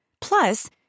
Plus